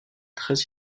très